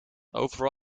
overval